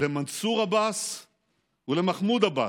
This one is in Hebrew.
למנסור עבאס ולמחמוד עבאס,